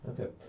Okay